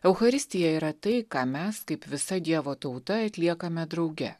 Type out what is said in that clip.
eucharistija yra tai ką mes kaip visa dievo tauta atliekame drauge